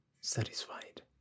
satisfied